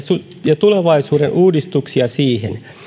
ja tulevaisuuden uudistuksia siihen